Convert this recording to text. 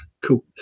Cool